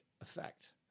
effect